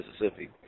Mississippi